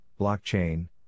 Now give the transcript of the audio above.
blockchain